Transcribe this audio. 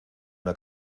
una